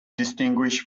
distinguish